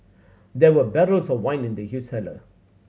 there were barrels of wine in the huge cellar